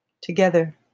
Together